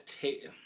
take